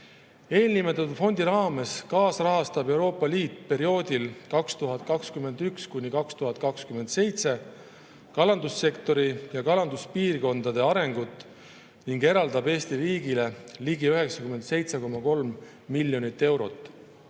Eelnimetatud fondi raames kaasrahastab Euroopa Liit perioodil 2021–2027 kalandussektori ja kalanduspiirkondade arengut ning eraldab Eesti riigile ligi 97,3 miljonit eurot.